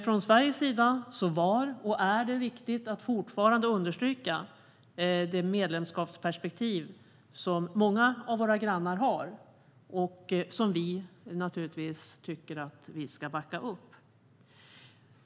Från Sveriges sida var det viktigt, och är fortfarande viktigt, att understryka det medlemskapsperspektiv som många av våra grannar har och som vi naturligtvis ska backa upp.